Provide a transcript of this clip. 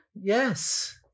Yes